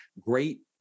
great